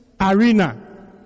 arena